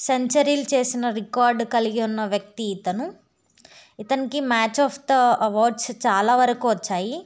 సెంచరీలు చేసిన రికార్డు కలిగి ఉన్న వ్యక్తి ఇతను ఇతనికి మ్యాచ్ ఆఫ్ ద అవార్డ్స్ చాలా వరకు వచ్చాయి